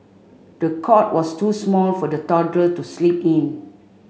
the cot was too small for the toddler to sleep in